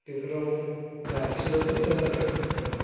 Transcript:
बेफोराव दासिमबाबो मोजांथार नङा